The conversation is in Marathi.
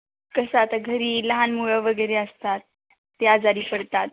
कसं आता घरी लहान मुलं वगैरे असतात ते आजारी पडतात